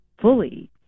fully